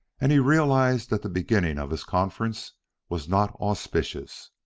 and he realized that the beginning of his conference was not auspicious.